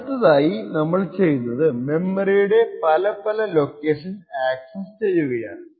അടുത്തതായി നമ്മൾ ചെയ്യുന്നത് മെമ്മറിയുടെ പല പല ലൊക്കേഷൻ അക്സസ്സ് ചെയ്യുകയാണ്